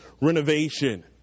renovation